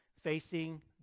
facing